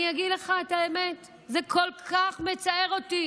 אני אגיד לך את האמת: זה כל כך מצער אותי